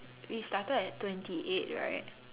we started at twenty eight right